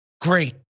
great